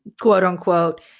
Quote-unquote